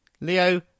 Leo